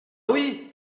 oui